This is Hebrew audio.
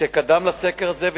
שקדם לסקר הזה,